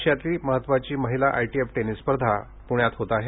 आशियातली महत्वाची महिला ITF tennis स्पर्धा पुण्यात होत आहे